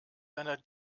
deiner